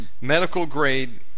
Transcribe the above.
medical-grade